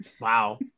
Wow